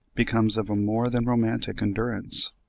becomes of a more than romantic endurance.